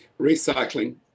Recycling